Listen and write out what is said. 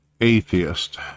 atheist